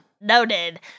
Noted